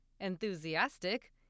enthusiastic